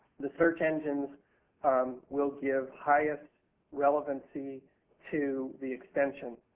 the search engines um will give highest relevancy to the extension,